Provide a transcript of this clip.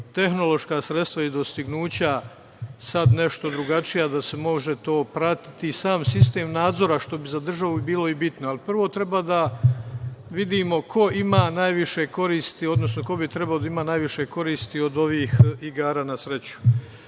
tehnološka sredstva i dostignuća sad nešto drugačija, da se može to pratiti i sam sistem nadzora, što bi za državu bilo i bitno. Prvo treba da vidimo ko ima najviše koristi, odnosno ko bi trebalo da ima najviše koristi od ovih igara na sreću.